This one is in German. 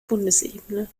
bundesebene